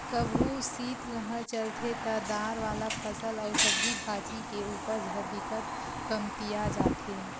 कभू सीतलहर चलथे त दार वाला फसल अउ सब्जी भाजी के उपज ह बिकट कमतिया जाथे